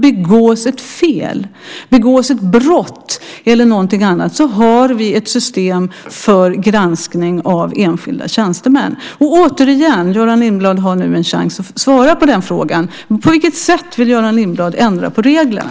Begås ett fel, ett brott eller någonting annat har vi ett system för granskning av enskilda tjänstemän. Återigen frågar jag - Göran Lindblad har nu en chans att svara på frågan: På vilket sätt vill Göran Lindblad ändra på reglerna?